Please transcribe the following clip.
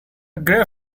grave